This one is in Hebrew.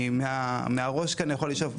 אני מהראש אני יכול לשאוב,